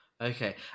Okay